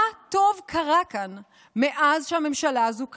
מה טוב קרה כאן מאז שהממשלה הזו קמה?